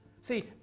See